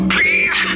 Please